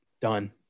done